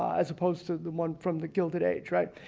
as opposed to the one from the gilded age. right?